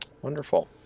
Wonderful